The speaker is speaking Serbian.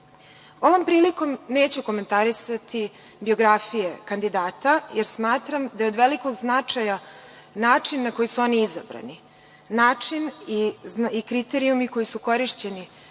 prilikom neću komentarisati biografije kandidata, jer smatram da je od velikog značaja način na koji su oni izabrani, način i kriterijumi koji su korišćeni